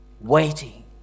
waiting